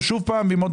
וכך